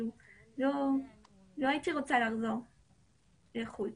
לא הייתי רוצה לחזור לחוץ לארץ.